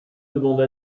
demanda